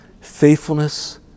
faithfulness